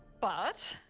but,